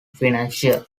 financier